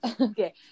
Okay